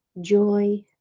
joy